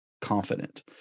confident